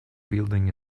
building